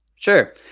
Sure